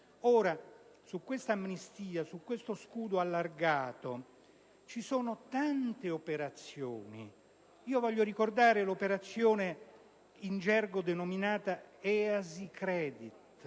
Ora, su questa amnistia, su questo scudo allargato, intervengono tante operazioni. Voglio ricordare l'operazione in gergo denominata "*easy